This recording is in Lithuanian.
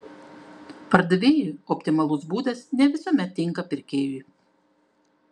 pardavėjui optimalus būdas ne visuomet tinka pirkėjui